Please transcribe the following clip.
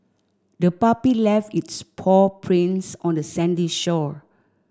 the puppy left its paw prints on the sandy shore